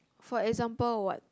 for example what